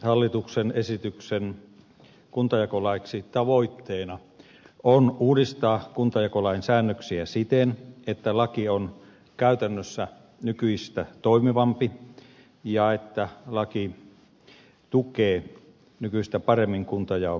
hallituksen esityksen kuntajakolaiksi tavoitteena on uudistaa kuntajakolain säännöksiä siten että laki on käytännössä nykyistä toimivampi ja että laki tukee nykyistä paremmin kuntajaon muutosprosesseja